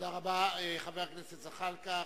תודה רבה, חבר הכנסת זחאלקה.